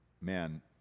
man